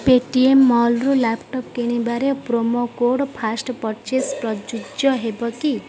P T M ମଲ୍ରୁ laptop କିଣିବାରେ promo code first purchase ପ୍ରଯୁଜ୍ୟ ହେବ କି